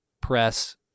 press